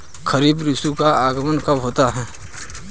खरीफ ऋतु का आगमन कब होता है?